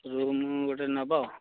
room ଗୋଟେ ନବ